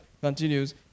continues